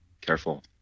careful